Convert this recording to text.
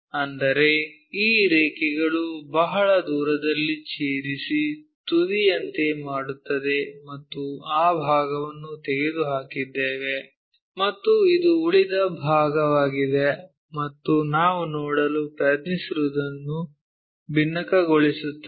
ಅಂದರೆ ಈ ರೇಖೆಗಳು ಬಹಳ ದೂರದಲ್ಲಿ ಛೇದಿಸಿ ತುದಿಯಂತೆ ಮಾಡುತ್ತದೆ ಮತ್ತು ಆ ಭಾಗವನ್ನು ತೆಗೆದುಹಾಕಿದ್ದೇವೆ ಮತ್ತು ಇದು ಉಳಿದ ಭಾಗವಾಗಿದೆ ಮತ್ತು ನಾವು ನೋಡಲು ಪ್ರಯತ್ನಿಸುತ್ತಿರುವುದನ್ನು ಬಿನ್ನಕಗೊಳಿಸುತ್ತದೆ